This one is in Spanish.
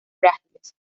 frágiles